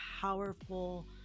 powerful